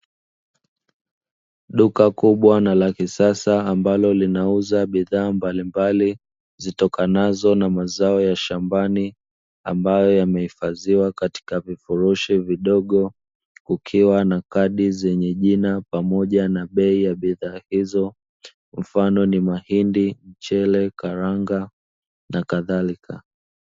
Duka kubwa na la kisasa ambalo linauza bidhaa mbalimbali zitokanazo na mazao ya shambani, ambayo yamehifadhiwa katika vifurushi vidogo. Kukiwa na kadi zenye jina pamoja na bei ya bidhaa hizo, mfano ni: mahindi, mchele, karanga na kadhalika.